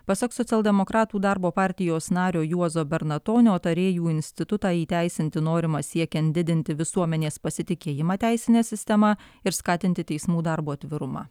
pasak socialdemokratų darbo partijos nario juozo bernatonio tarėjų institutą įteisinti norima siekiant didinti visuomenės pasitikėjimą teisine sistema ir skatinti teismų darbo atvirumą